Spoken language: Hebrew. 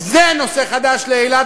זה נושא חדש לאילת,